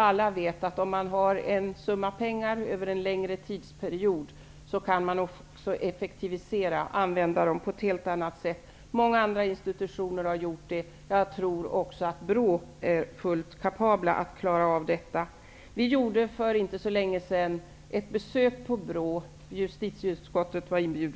Alla vet att en summa pengar kan användas på ett mer effektivt sätt om den ges över en längre period. Många institutioner har klarat det. Jag tror också att BRÅ är fullt kapabel att klara av detta. Justitieutskottet var för inte så länge sedan inbjudet